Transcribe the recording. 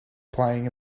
playing